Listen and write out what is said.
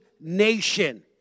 nation